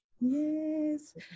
yes